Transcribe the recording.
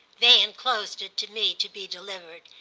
they enclosed it to me, to be delivered.